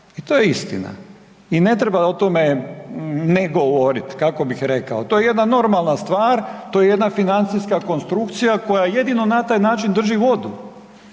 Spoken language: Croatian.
I to je istina. I ne treba o tome ne govoriti, kako bih rekao, to je jedna normalna stvar to je jedna financijska konstrukcija koja jedino na taj način drži vodu.